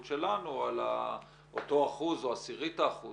שלנו על אותו אחוז או עשירית האחוז.